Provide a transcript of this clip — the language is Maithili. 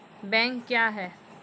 बैंक क्या हैं?